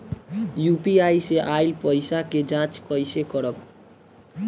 UPI से आइल पईसा के जाँच कइसे करब?